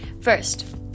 First